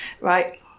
right